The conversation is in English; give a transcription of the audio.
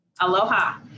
Aloha